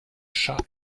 chat